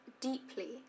deeply